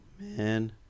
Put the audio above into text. man